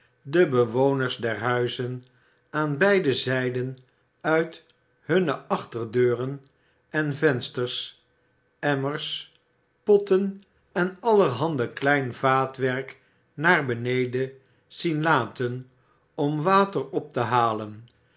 de bewoners der huizen aan beide zijden uit hunne achterdeuren en vensters emmers potten en allerhande klein vaatwerk naar beneden zien laten om water op te halen